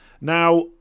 Now